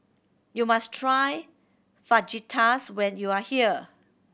you must try Fajitas when you are here